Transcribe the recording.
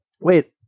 Wait